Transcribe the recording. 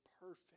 perfect